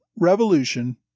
Revolution